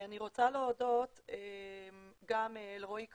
אני רוצה להודות גם לרועי כהן,